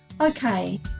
Okay